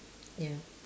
ya